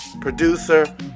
producer